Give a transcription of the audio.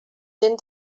gent